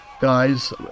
guys